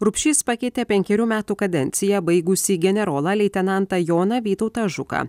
rupšys pakeitė penkerių metų kadenciją baigusį generolą leitenantą joną vytautą žuką